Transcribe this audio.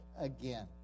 again